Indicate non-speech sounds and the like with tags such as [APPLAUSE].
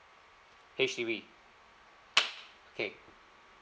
H_D_B [NOISE] okay